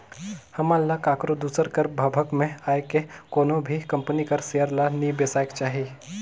हमन ल काकरो दूसर कर भभक में आए के कोनो भी कंपनी कर सेयर ल नी बेसाएक चाही